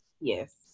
Yes